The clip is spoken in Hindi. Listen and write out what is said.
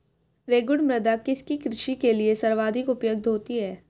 रेगुड़ मृदा किसकी कृषि के लिए सर्वाधिक उपयुक्त होती है?